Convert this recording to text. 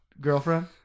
girlfriend